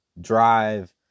drive